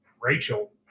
Rachel